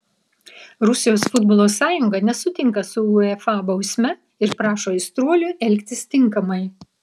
rusijos futbolo sąjunga nesutinka su uefa bausme ir prašo aistruolių elgtis tinkamai